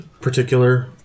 particular